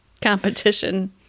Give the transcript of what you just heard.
competition